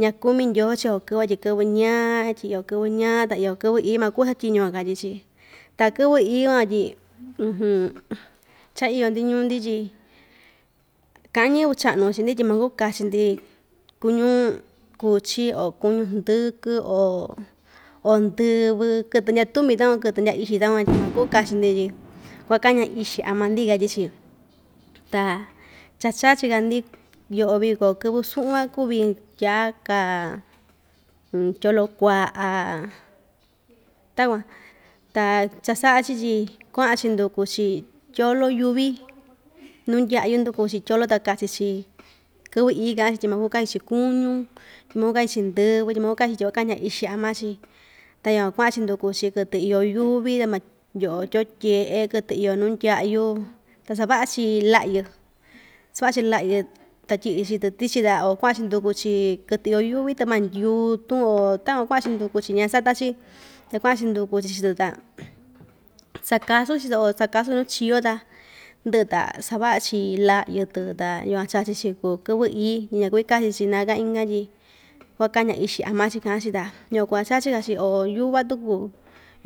Ñakumi ndyoo chii‑yo kɨvɨ van tyi kɨvɨ ñaa tyi iyo kɨvɨ ñaa ta iyo kɨvɨ ií maku satyiñu‑yo katyi‑chi ta kɨvɨ ií van tyi cha iyo‑ndi ñuu‑ndi tyi ka'an ñɨvɨ cha'nu chii‑ndi tyi maku kachi‑ndi kuñu kuchi o kuñu hndɨkɨ o o ndɨvɨ kɨtɨ ndya tumi takuan kɨtɨ ndyaa ixi takuan tyi maku kachi‑ndi tyi kuakaña ixi ama‑ndi katyi‑chi ta cha‑chachika‑ndi yo'o viko kɨvɨ su'un van kuvi tyaka tyolo kua'a takuan ta cha‑sa'a‑chi tyi kua'an‑chi nduku‑chi tyolo yuvi nuu ndya'yu nduku‑chi tyolo ta kachi‑chi kɨvɨ ií ka'an‑chi tyi makuu kachi‑chi kuñu tyi maku kachi‑chi ndɨvɨ tyi maku kachi‑chi tyi kuakaña ixi ama‑chi ta yukuan kua'an‑chi nduku‑chi kɨtɨ iyo yuvi ta ma ndyo'o tyoo tye'e kɨtɨ iyo nuu ndya'yu ta sava'a‑chi la'yɨ sava'a‑chi la'yɨ ta tyi'i‑chi chii‑tɨ tichi o kua'an‑chi nduku‑chi kɨtɨ iyo yuvi ta ma ndyutun o takuan kua'an‑chi nduku‑chi ñasata‑chi ndya kua'an‑chi nduku‑chi chii‑tɨ ta sakasun‑chi o sakasun‑chi nuu chiyo ta ndɨ'ɨ ta sava'a‑chi la'yɨ‑tɨ ta yukuan chachi‑chi chii kuu kɨvɨ ií tyi ña‑kuvi kachi‑chi na ka inka tyi kuakaña ixi ama‑chi ka'an‑chi ta yukuan kuu cha‑chachika‑chi o yuva tuku